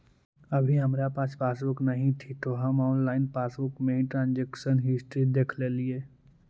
अभी हमारा पास पासबुक नहीं थी तो हम ऑनलाइन पासबुक में ही ट्रांजेक्शन हिस्ट्री देखलेलिये